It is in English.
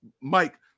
Mike